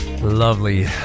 Lovely